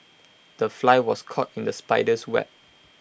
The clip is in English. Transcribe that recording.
the fly was caught in the spider's web